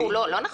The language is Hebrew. לא נכון.